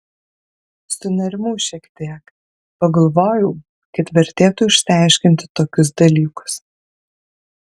sunerimau šiek tiek pagalvojau kad vertėtų išsiaiškinti tokius dalykus